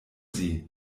sie